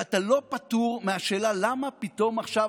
ואתה לא פטור מהשאלה למה פתאום עכשיו,